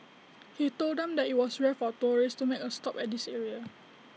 he told them that IT was rare for tourists to make A stop at this area